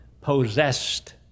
possessed